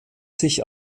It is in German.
sich